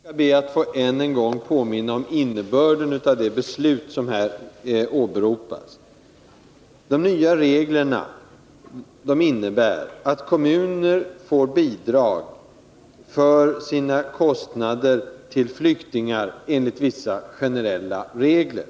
Herr talman! Jag skall be att än en gång få påminna om innebörden i det beslut som här har åberopats. De nya reglerna innebär att kommuner får bidrag för sina kostnader till flyktingar enligt vissa generella regler.